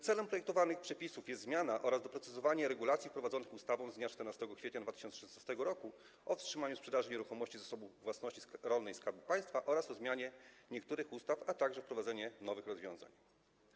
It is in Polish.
Celem projektowanych przepisów jest zmiana oraz doprecyzowanie regulacji wprowadzonych ustawą z dnia 14 kwietnia 2016 r. o wstrzymaniu sprzedaży nieruchomości Zasobu Własności Rolnej Skarbu Państwa oraz o zmianie niektórych ustaw, a także wprowadzenie nowych rozwiązań.